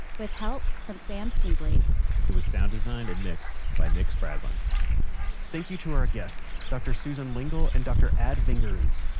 with help from sam schneble. it was sound designed and mixed by nick spradlin thank you to our guests, dr. susan lingle and dr. ad vinger-oots.